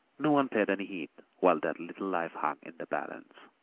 no one paid any heed while that little life hung in the balance.